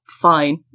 Fine